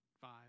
five